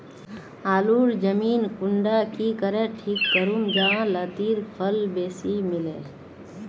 आलूर जमीन कुंडा की करे ठीक करूम जाहा लात्तिर फल बेसी मिले?